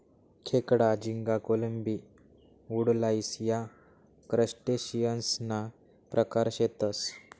खेकडा, झिंगा, कोळंबी, वुडलाइस या क्रस्टेशियंससना प्रकार शेतसं